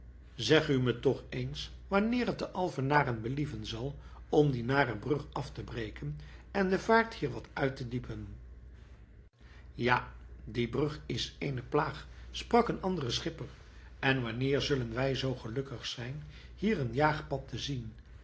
zeg u me toch eens wanneer het den alfenaren believen zal om die nare brug af te breken en de vaart hier wat uit te diepen ja die brug is eene plaag sprak een andere schipper en wanneer zullen wij zoo gelukkig zijn hier een jaagpad te zien